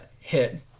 hit